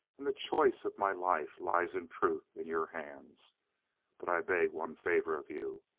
and the choice of my life lies in truth in your hands but i beg one favour of you.